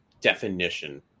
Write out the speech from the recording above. definition